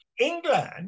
England